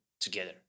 together